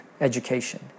education